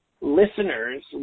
listeners